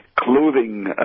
Clothing